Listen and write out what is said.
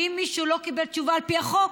ואם מישהו לא קיבל תשובה על פי החוק,